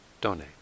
donate